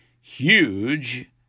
huge